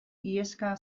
iheska